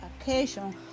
occasion